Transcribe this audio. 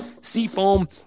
Seafoam